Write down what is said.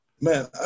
Man